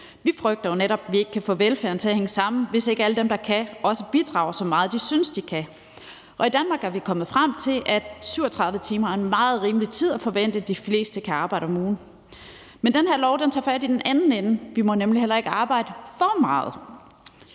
Vi frygter netop, at vi ikke kan få velfærden til at hænge sammen, hvis ikke alle dem, der kan, også bidrager så meget, de synes de kan. I Danmark er vi kommet frem til, at 37 timer er en meget rimelig tid at forvente, at de fleste kan arbejde om ugen. Men den her lov tager fat i den anden ende. Vi må nemlig heller ikke arbejde for meget.